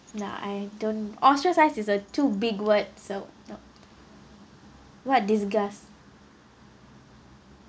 nah I don't ostracised is a too big word so no what disgust